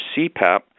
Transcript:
CPAP